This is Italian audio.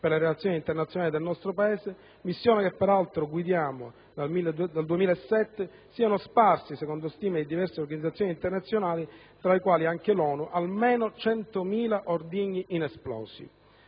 per le relazioni internazionali del nostro Paese (missione che peraltro guidiamo dal 2007), siano sparsi, secondo stime di diverse organizzazioni internazionali tra le quali anche l'ONU, almeno 100.000 ordigni inesplosi.